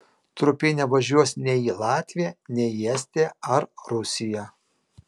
trupė nevažiuos nei į latviją nei į estiją ar rusiją